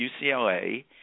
UCLA